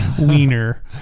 wiener